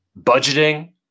budgeting